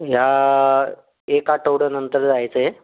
ह्या एक आठवड्यानंतर जायचं आहे